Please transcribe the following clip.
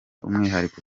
umwihariko